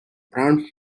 brand